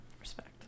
respect